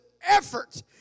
effort